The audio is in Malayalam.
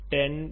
xx